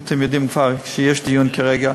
אתם יודעים כבר שיש דיון כרגע,